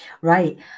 Right